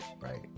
right